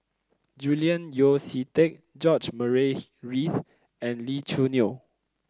Julian Yeo See Teck George Murray Reith and Lee Choo Neo